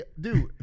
Dude